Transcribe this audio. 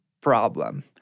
problem